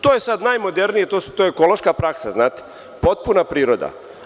To je sada najmodernije, to je ekološka praksa, potpuna priroda.